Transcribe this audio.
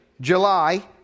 July